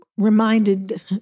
reminded